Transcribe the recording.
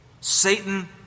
Satan